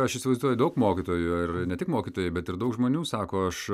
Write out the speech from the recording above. aš įsivaizduoju daug mokytojų ir ne tik mokytojai bet ir daug žmonių sako aš